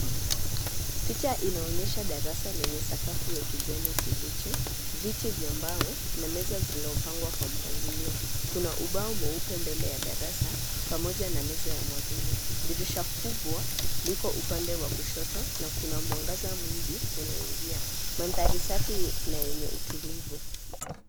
Picha inaonyesha darasa lenye sakafu ya kijani kibichi, viti vya mbao na meza zilopangwa kwa mpangilio. Kuna ubao mweupe mbele ya darasa, pamoja na meza ya mwalimu. Dirisha kubwa, liko upande wa kushoto, na kuna mwangaza mwingi unaoingia. Mandhari safi na yenye utulivu.